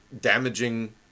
damaging